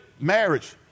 marriage